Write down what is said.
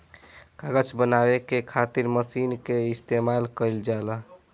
कागज बनावे के खातिर मशीन के इस्तमाल कईल जाला